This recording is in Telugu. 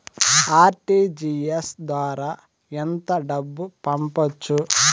ఆర్.టీ.జి.ఎస్ ద్వారా ఎంత డబ్బు పంపొచ్చు?